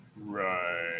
Right